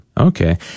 Okay